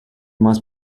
must